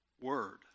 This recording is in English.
word